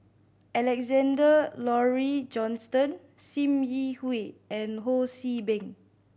Alexander Laurie Johnston Sim Yi Hui and Ho See Beng